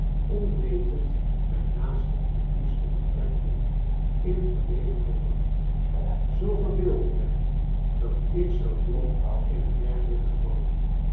onwetend mijn naaste en liefste betrekkimren in vcrlegenheid bracht zoo verbeeld ik mij dat i k zou doen in een dergelijk geval